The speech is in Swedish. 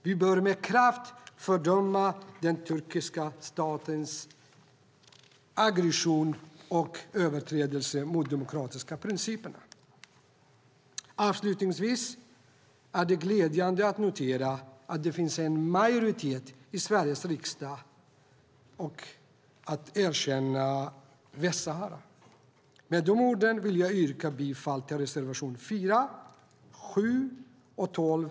Vi bör med kraft fördöma den turkiska statens aggression och överträdelser mot de demokratiska principerna. Avslutningsvis är det glädjande att notera att det finns en majoritet i Sveriges riksdag för att erkänna Västsahara. Med de orden vill jag yrka bifall till reservation 4, 7 och 12.